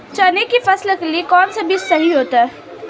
चने की फसल के लिए कौनसा बीज सही होता है?